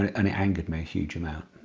and it angered me a huge amount.